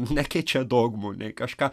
nekeičia dogmų nei kažką